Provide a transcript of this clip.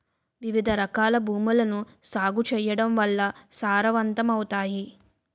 వివిధరకాల భూములను సాగు చేయడం వల్ల సారవంతమవుతాయి